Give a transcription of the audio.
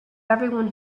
everyone